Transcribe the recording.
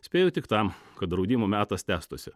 spėju tik tam kad draudimų metas tęstųsi